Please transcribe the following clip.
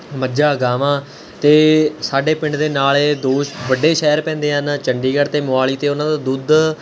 ਮੱਝਾਂ ਗਾਵਾਂ ਅਤੇ ਸਾਡੇ ਪਿੰਡ ਦੇ ਨਾਲੇ ਦੋ ਵੱਡੇ ਸ਼ਹਿਰ ਪੈਂਦੇ ਹਨ ਚੰਡੀਗੜ੍ਹ ਅਤੇ ਮੋਹਾਲੀ ਅਤੇ ਉਹਨਾਂ ਦਾ ਦੁੱਧ